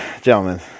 gentlemen